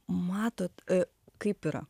matot kaip yra